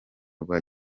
rwa